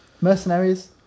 Mercenaries